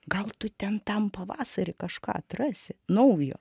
gal tu ten tam pavasarį kažką atrasi naujo